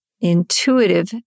intuitive